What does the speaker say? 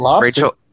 Rachel